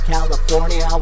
California